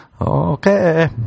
Okay